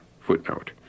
Footnote